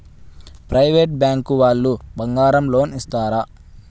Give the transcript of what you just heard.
Private bank వాళ్ళు బంగారం loan ఇస్తారా?